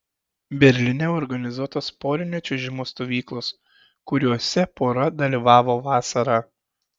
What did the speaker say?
berlyne organizuotos porinio čiuožimo stovyklos kuriose pora dalyvavo vasarą